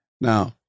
Now